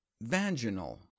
vaginal